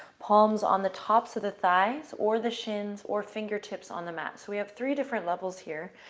palms on the tops of the thighs or the shins or fingertips on the mat. so we have three different levels here.